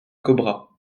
cobra